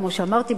כמו שאמרתי,